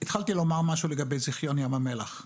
לגבי זיכיון עם המלח,